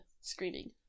screaming